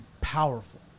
powerful